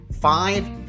Five